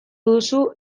duzu